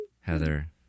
Heather